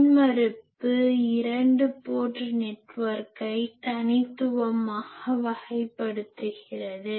மின்மறுப்பு 2 போர்ட் நெட்வொர்க்கை தனித்துவமாக வகைப்படுத்துகிறது